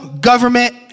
government